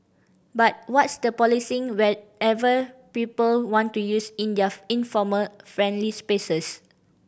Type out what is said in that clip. but what's the policing whatever people want to use in their informal friendly spaces